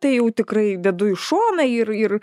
tai jau tikrai dedu į šoną ir ir